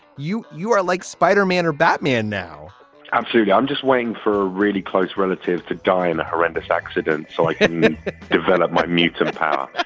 you you are like spider-man or batman now i'm sorry. i'm just waiting for a really close relatives to die in a horrendous accident. so i develop my meet some power.